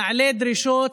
נעלה דרישות,